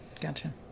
gotcha